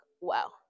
wow